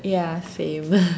ya same